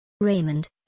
Raymond